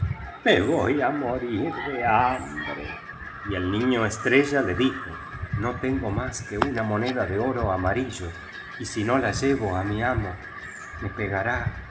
me voy á morir de hambre y el niño estrella le dijo no tengo más que una moneda de oro amarillo y si rio la llevo á mi amo me pegará